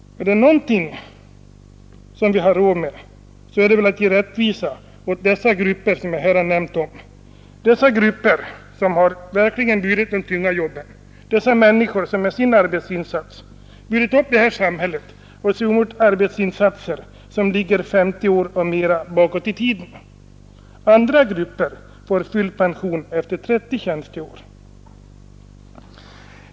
Är det något som vi har råd med, så är det väl att ge rättvisa åt dessa grupper som jag har nämnt, dessa grupper som verkligen burit de tunga jobben, dessa människor som med sin arbetsinsats burit upp detta samhälle och gjort insatser som ligger femtio år och mera bakåt i tiden. Andra grupper får full pension efter trettio tjänsteår.